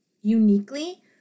uniquely